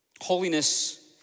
Holiness